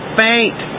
faint